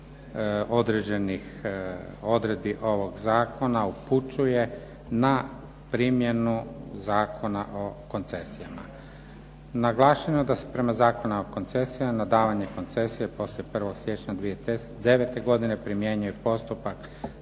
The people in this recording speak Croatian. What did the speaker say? određenih odredbi ovog zakona upućuje na primjenu Zakona o koncesijama. Naglašeno je da su prema Zakonu o koncesijama na davanje koncesije poslije 1. siječnja 2009. godine primjenjuje postupak